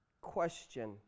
question